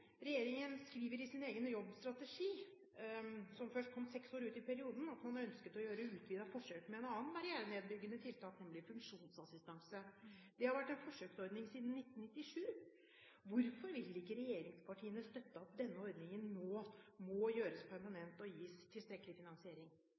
regjeringen skriver i sin egen jobbstrategi – som først kom seks år ut i perioden – at man ønsket å gjøre utvidede forsøk med et annet barrierenedbyggende tiltak, nemlig funksjonsassistanse. Det har vært en forsøksordning siden 1997. Hvorfor vil ikke regjeringspartiene støtte at denne ordningen nå må gjøres